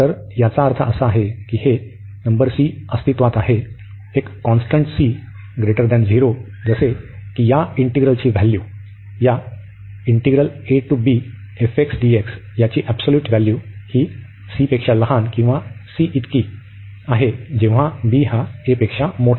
तर याचा अर्थ असा आहे की येथे नंबर C अस्तित्त्वात आहे एक कॉन्स्टंट C 0 जसे की या इंटिग्रलची व्हॅल्यू या ची ऍब्सोल्यूट व्हॅल्यू आणि सर्व साठी